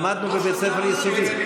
למדנו בבית ספר יסודי.